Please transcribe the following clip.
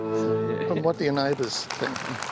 and what do your neighbours think?